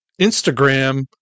Instagram